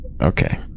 Okay